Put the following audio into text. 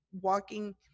walking